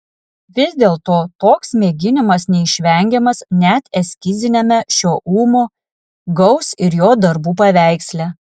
vis dėlto toks mėginimas neišvengiamas net eskiziniame šio ūmo gaus ir jo darbų paveiksle